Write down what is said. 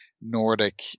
Nordic